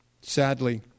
Sadly